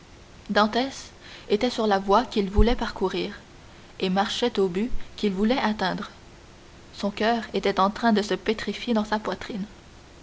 dantès était sur la voie qu'il voulait parcourir et marchait au but qu'il voulait atteindre son coeur était en train de se pétrifier dans sa poitrine